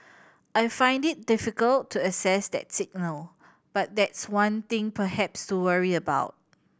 I find it difficult to assess that signal but that's one thing perhaps to worry about